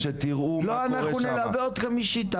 אנחנו נלווה אותכם אישית.